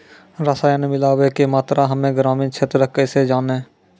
रसायन मिलाबै के मात्रा हम्मे ग्रामीण क्षेत्रक कैसे जानै?